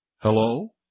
Hello